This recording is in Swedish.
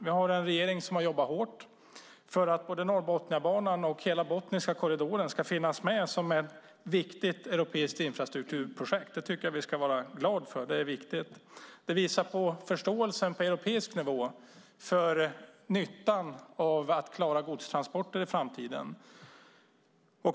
Vi har en regering som har jobbat hårt för att både Norrbotniabanan och hela Botniska korridoren ska finnas med som ett viktigt europeiskt infrastrukturprojekt. Det tycker jag att vi ska vara glada för. Det är viktigt, och det visar förståelsen på europeisk nivå för nyttan av att klara godstransporter i framtiden.